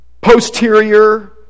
posterior